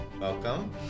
welcome